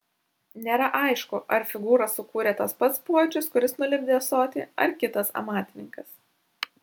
nėra aišku ar figūrą sukūrė tas pats puodžius kuris nulipdė ąsotį ar kitas amatininkas